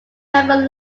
memorial